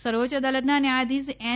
સર્વોચ્ય અદાલતના ન્યાયાધીશ એન